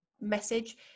message